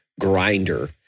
grinder